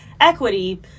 equity